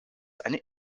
eine